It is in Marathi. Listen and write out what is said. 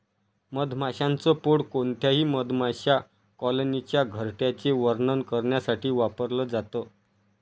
मधमाशांच पोळ कोणत्याही मधमाशा कॉलनीच्या घरट्याचे वर्णन करण्यासाठी वापरल जात